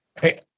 Hey